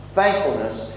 thankfulness